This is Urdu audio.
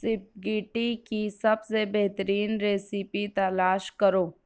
سپگیٹی کی سب سے بہترین ریسیپی تلاش کرو